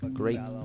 great